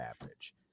average